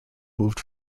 moved